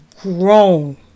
grown